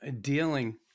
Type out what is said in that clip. dealing